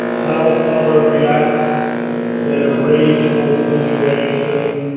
how the father reacts in a rageful situation,